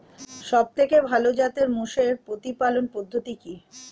সবথেকে ভালো জাতের মোষের প্রতিপালন পদ্ধতি কি?